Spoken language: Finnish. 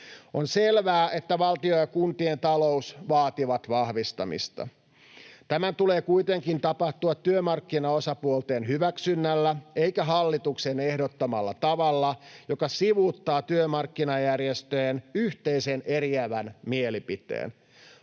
On selvää, että valtion ja kuntien talous vaativat vahvistamista. Tämän tulee kuitenkin tapahtua työmarkkinaosapuolten hyväksynnällä eikä hallituksen ehdottamalla tavalla, joka sivuuttaa työmarkkinajärjestöjen yhteisen eriävän mielipiteen.